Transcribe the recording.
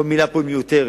כל מלה פה מיותרת.